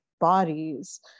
bodies